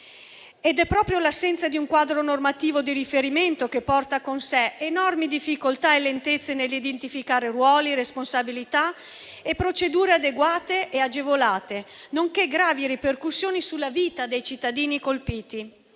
È proprio l'assenza di un quadro normativo di riferimento che porta con sé enormi difficoltà e lentezze nell'identificare ruoli, responsabilità e procedure adeguate e agevolate, nonché gravi ripercussioni sulla vita dei cittadini colpiti.